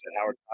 Howard